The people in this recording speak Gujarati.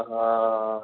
હા